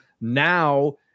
now